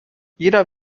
jeder